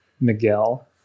miguel